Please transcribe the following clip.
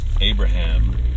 Abraham